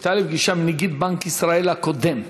הייתה לי פגישה עם נגיד בנק ישראל הקודם,